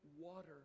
water